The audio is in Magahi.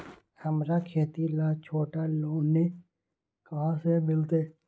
हमरा खेती ला छोटा लोने कहाँ से मिलतै?